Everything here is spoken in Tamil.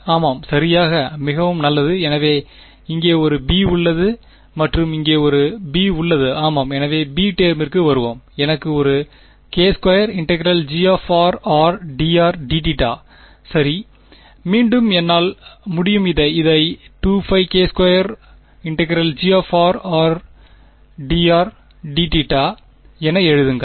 ஆமாம் சரியாக மிகவும் நல்லது எனவே இங்கே ஒரு b உள்ளது மற்றும் இங்கே ஒரு b உள்ளது ஆமாம் எனவே b டெர்மிற்கு வருவோம் எனக்கு ஒரு k2 ∫G r dr dθசரியானது மீண்டும் என்னால் முடியும் இதை 2πk2 ∫G r dr dθ என எழுதுங்கள்